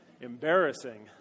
embarrassing